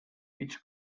it’s